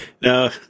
No